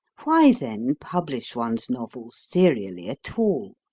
why, then, publish one's novels serially at all?